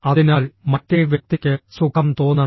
അതിനാൽ മറ്റേ വ്യക്തിക്ക് സുഖം തോന്നണം